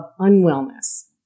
unwellness